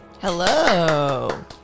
Hello